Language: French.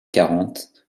quarante